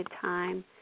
time